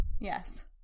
Yes